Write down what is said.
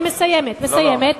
אני מסיימת, מסיימת.